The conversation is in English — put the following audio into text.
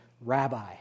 Rabbi